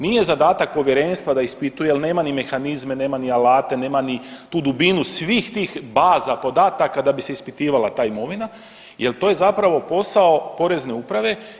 Nije zadatak povjerenstva da ispituje jer nema ni mehanizme, nema ni alate, nema ni tu dubinu svih tih baza podataka da bi se ispitivala ta imovina jer to je zapravo posao Porezne uprave.